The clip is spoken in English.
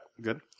Good